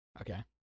Okay